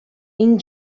این